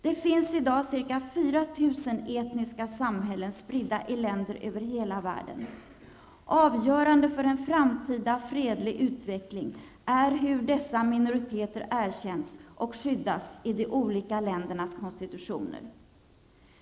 Det finns i dag ca 4 000 etniska samhällen spridda i länder över hela världen. Avgörande för en framtida fredlig utveckling är hur dessa minoriteter erkänns och skyddas i de olika ländernas konstitutioner.